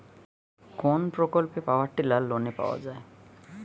কোন প্রকল্পে power tiller লোনে পাওয়া য়ায়?